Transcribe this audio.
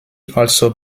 also